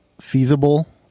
feasible